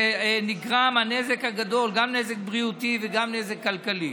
ונגרם הנזק הגדול, גם נזק בריאותי וגם נזק כלכלי.